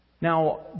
Now